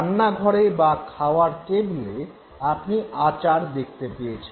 রান্নাঘরে বা খাওয়ার টেবলে আপনি আচার দেখতে পেয়েছেন